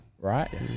right